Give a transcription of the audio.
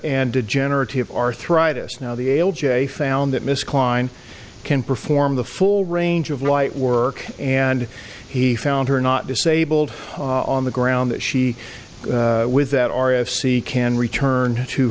and degenerative arthritis now the ael jay found that miss klein can perform the full range of light work and he found her not disabled on the ground that she with that r f c can return to